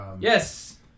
Yes